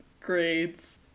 grades